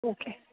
okay